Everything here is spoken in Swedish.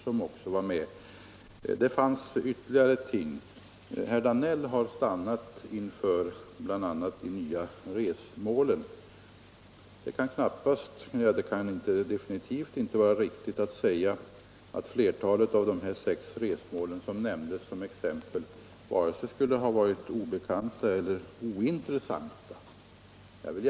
Det har vi också tillgodosett. Herr Danell nämnde bl.a. de nya resmålen, och där kan det definitivt inte vara riktigt att säga att flertalet av de sex resmål som nämndes har varit obekanta eller ointressanta.